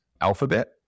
Alphabet